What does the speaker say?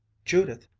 judith!